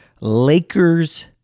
Lakers